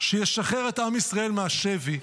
שישחרר את עם ישראל מהשבי,